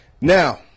Now